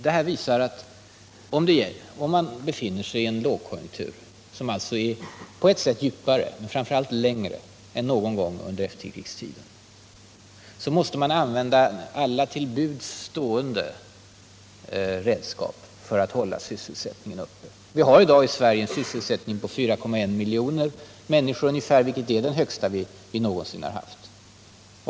Detta visar att, om man befinner sig i en lågkonjunktur som på sätt och vis är djupare men framför allt längre än någon gång tidigare under efterkrigstiden, måste man använda alla till buds stående medel för att hålla sysselsättningen uppe. Vi har i dag i Sverige ungefär 4,1 miljoner människor sysselsatta, vilket är den högsta sysselsättning vi någonsin har haft.